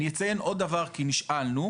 אני אציין עוד דבר כי נשאלנו,